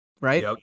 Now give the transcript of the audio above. Right